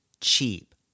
Cheap